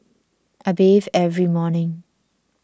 I bathe every morning